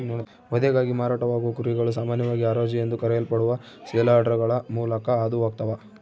ವಧೆಗಾಗಿ ಮಾರಾಟವಾಗುವ ಕುರಿಗಳು ಸಾಮಾನ್ಯವಾಗಿ ಹರಾಜು ಎಂದು ಕರೆಯಲ್ಪಡುವ ಸೇಲ್ಯಾರ್ಡ್ಗಳ ಮೂಲಕ ಹಾದು ಹೋಗ್ತವ